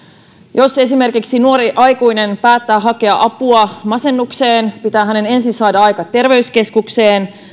jos esimerkiksi nuori aikuinen päättää hakea apua masennukseen pitää hänen ensin saada aika terveyskeskukseen